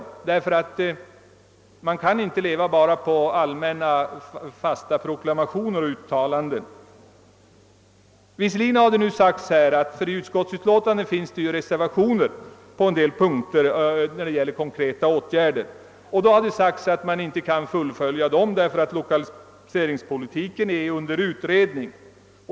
Man kan nämligen inte bara leva på allmänna proklamationer och uttalanden. Det har till utskottets utlåtanden avgivits många reservationer, det gäller konkreta åtgärder, det har sagts i debatten att man inte kan vidta sådana åtgärder eftersom lokaliseringspolitiken är under utredning.